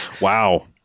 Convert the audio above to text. Wow